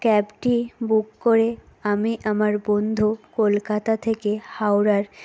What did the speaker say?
ক্যাবটি বুক করে আমি আমার বন্ধু কলকাতা থেকে হাওড়ার